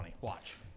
Watch